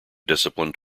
disciplined